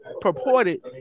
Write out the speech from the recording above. purported